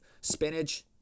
spinach